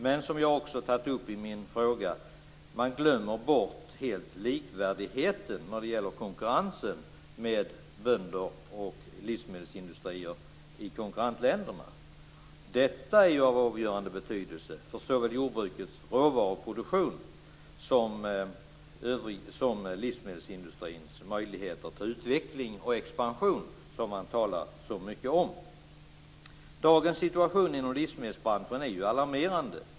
Men, som jag också tagit upp i min interpellation, man glömmer helt bort likvärdigheten vad gäller konkurrensen med bönder och livsmedelsindustrier i konkurrentländerna. Detta är av avgörande för betydelse för såväl jordbrukets råvaruproduktion som livsmedelsindustrins möjligheter till utveckling och expansion, som man talar så mycket om. Dagens situation inom livsmedelsbranschen är alarmerande.